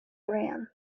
bran